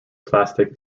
plastic